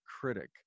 critic